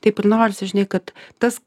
taip ir norisi žinai kad tas